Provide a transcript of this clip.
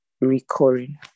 recurring